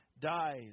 dies